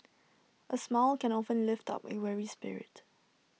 A smile can often lift up A weary spirit